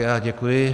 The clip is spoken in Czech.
Já děkuji.